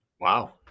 Wow